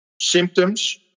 symptoms